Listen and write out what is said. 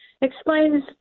explains